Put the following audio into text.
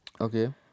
okay